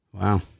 Wow